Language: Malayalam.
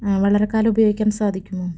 ആ വളരെക്കാലം ഉപയോഗിക്കാൻ സാധിക്കുമോ